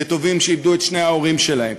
יתומים שאיבדו את שני ההורים שלהם,